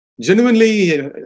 genuinely